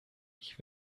ich